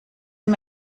and